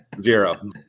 Zero